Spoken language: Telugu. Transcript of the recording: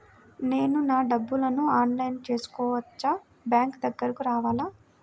నేను నా డబ్బులను ఆన్లైన్లో చేసుకోవచ్చా? బ్యాంక్ దగ్గరకు రావాలా?